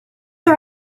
are